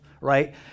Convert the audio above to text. Right